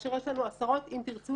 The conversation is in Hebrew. כאשר יש לנו עשרות אם תרצו,